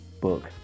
book